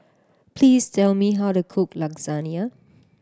please tell me how to cook Lasagna